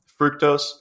fructose